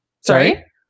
Sorry